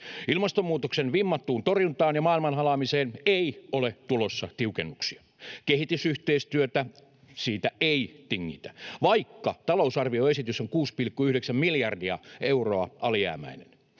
Ilmastonmuutoksen vimmattuun torjuntaan ja maailman halaamiseen ei ole tulossa tiukennuksia. Kehitysyhteistyöstä ei tingitä, vaikka talousarvioesitys on 6,9 miljardia euroa alijäämäinen.